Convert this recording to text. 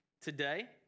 Today